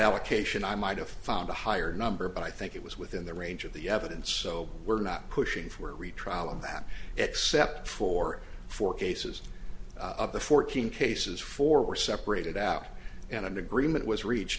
allocation i might have found a higher number but i think it was within the range of the evidence so we're not pushing for a retrial on that except for four cases of the fourteen cases four were separated out an agreement was reach